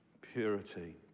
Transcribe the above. Purity